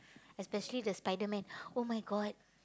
especially the Spiderman !oh-my-God!